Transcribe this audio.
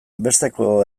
besteko